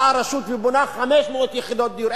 באה רשות ובונה 500 יחידות דיור.